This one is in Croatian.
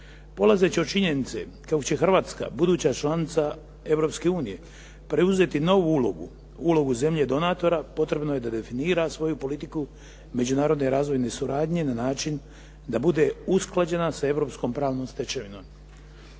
Polazeći od činjenice kako će Hrvatska, buduća članica Europske unije, preuzeti novu ulogu, ulogu zemlje donatora, potrebno je da definira svoju politiku međunarodne razvojne suradnje na način da bude usklađena sa europskom pravnom stečevinom.